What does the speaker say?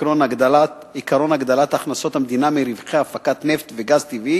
עקרון הגדלת הכנסות המדינה מרווחי הפקת נפט וגז טבעי